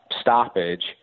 stoppage